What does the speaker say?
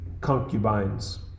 concubines